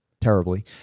terribly